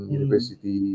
University